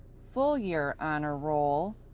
full year honor roll,